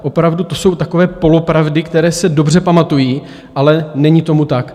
Opravdu to jsou takové polopravdy, které se dobře pamatují, ale není tomu tak.